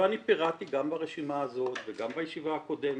ואני פירטתי גם ברשימה הזאת וגם בישיבה הקודמת.